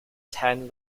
ten